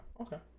Okay